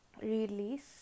release